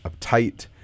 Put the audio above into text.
uptight